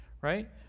right